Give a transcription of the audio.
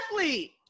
athlete